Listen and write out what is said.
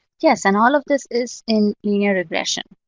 yes, and all of this is in linear regression.